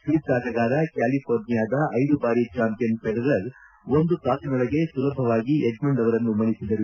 Swiss ಆಟಗಾರ ಕ್ವಾಲಿಫೋರ್ನಿಯಾದ ಐದು ಬಾರಿ ಜಾಂಪಿಯನ್ ಫೆಡರರ್ ಒಂದು ಗಂಟೆಯೊಳಗೆ ಸುಲಭವಾಗಿ ಎಡ್ಡಂಡ್ ಅವರನ್ನು ಮಣಿಸಿದರು